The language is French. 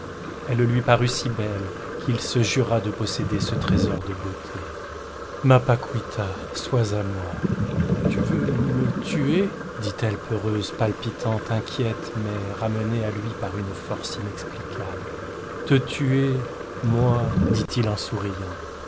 elle lui parut si belle qu'il se jura de posséder ce trésor de beauté ma paquita sois à moi tu veux me tuer dit-elle peureuse palpitante inquiète mais ramenée à lui par une force inexplicable te tuer moi dit-il en souriant